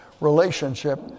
relationship